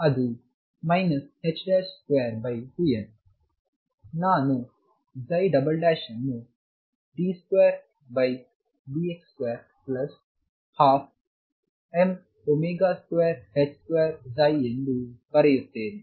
ಅದು 22m ನಾನು ಅನ್ನು d2dx2 12m2x2ಎಂದು ಬರೆಯುತ್ತೇನೆ